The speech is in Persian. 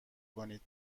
کنید